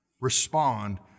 respond